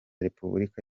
repubulika